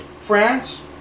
France